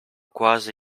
quasi